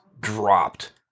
dropped